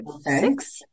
six